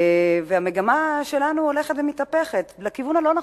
והמגמה שלנו הולכת ומתהפכת לכיוון הלא-נכון,